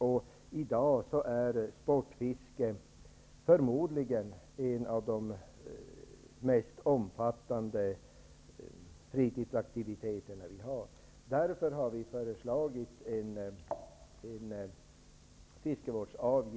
I dag är sportfiske förmodligen en av de mest omfattande fritidsaktiviteterna vi har. Därför har vi föreslagit en fiskevårdsavgift.